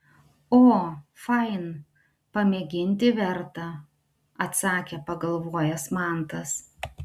o fain pamėginti verta atsakė pagalvojęs mantas